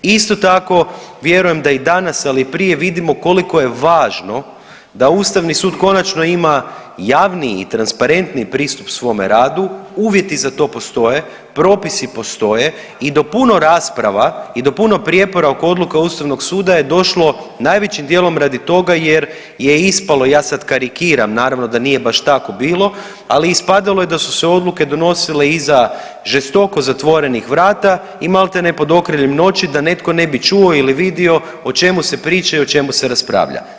Isto tako, vjerujem da i danas, ali i prije, vidimo koliko je važno da Ustavni sud ima javni i transparentni pristup svome radu, uvjeti za to postoje, propisi postoje, i do puno rasprava i do puno prijepora oko odluka Ustavnog suda je došlo najvećim dijelom radi toga jer je ispalo, ja sad karikiram, naravno da nije baš tako bilo, ali ispadalo je da su se odluke donosile iza žestoko zatvorenih vrata i maltene pod okriljem noći da netko ne bi čuo ili vidio o čemu se priča ili i o čemu se raspravlja.